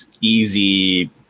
easy